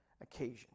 occasion